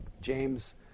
James